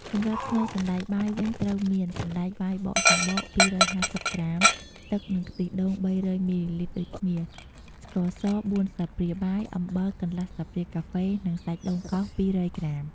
សម្រាប់ស្នូលសណ្ដែកបាយវិញត្រូវមាន សណ្ដែកបាយបកសំបក ២៥០ ក្រាម ទឹក និងខ្ទិះដូង ៣០០ មីលីលីត្រដូចគ្នា ស្ករស ៤ ស្លាបព្រាបាយ អំបិល កន្លះស្លាបព្រាកាហ្វេ និង សាច់ដូងកោស ២០០ ក្រាម។